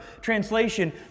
Translation